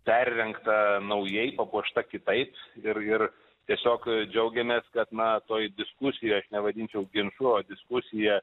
perrengta naujai papuošta kitaip ir ir tiesiog džiaugiamės kad na toj diskusijoj aš nevadinčiau ginču o diskusija